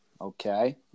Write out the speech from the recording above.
Okay